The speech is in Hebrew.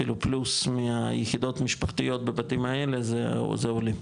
אפילו פלוס מהיחידות המשפחתיות מהבתים האלה זה עולים,